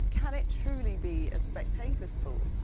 can it truly be a spectator sport?